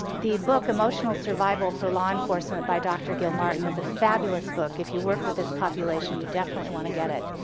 the book, emotional survival for law enforcement by doctor gil martin is a fabulous book, if you work with this population, you definitely want to get it.